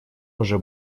уже